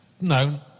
No